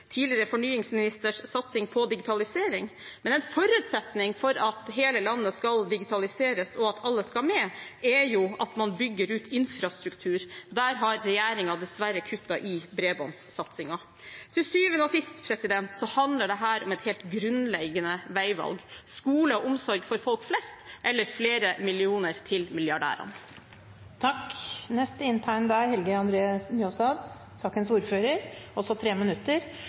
tidligere fornyingsministers, satsing på digitalisering. En forutsetning for at hele landet skal digitaliseres og alle skal med, er at man bygger ut infrastruktur. Der har regjeringen dessverre kuttet i bredbåndssatsingen. Til syvende og sist handler dette om et helt grunnleggende veivalg – skole og omsorg for folk flest eller flere millioner til milliardærene. Det er